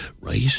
Right